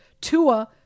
Tua